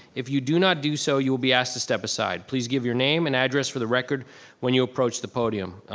if you do not do so, you will be asked to step aside. please give your name and address for the record when you approach the podium.